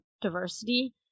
diversity